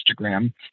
Instagram